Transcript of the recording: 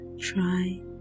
try